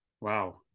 Wow